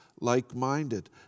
like-minded